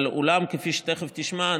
אולם כפי שתכף תשמע,